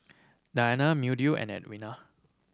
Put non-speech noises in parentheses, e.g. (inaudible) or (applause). Diana (unintelligible) and Edwina